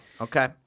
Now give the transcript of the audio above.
Okay